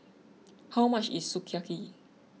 how much is Sukiyaki